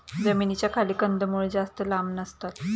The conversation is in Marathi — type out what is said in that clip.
जमिनीच्या खाली कंदमुळं जास्त लांब नसतात